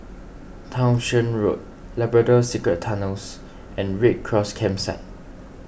Townshend Road Labrador Secret Tunnels and Red Cross Campsite